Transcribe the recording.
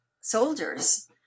soldiers